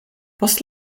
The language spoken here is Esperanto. post